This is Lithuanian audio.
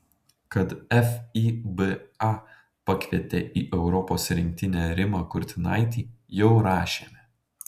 kad fiba pakvietė į europos rinktinę rimą kurtinaitį jau rašėme